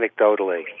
anecdotally